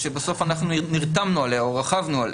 שבסוף נרתמנו עליה או רכבנו עליה.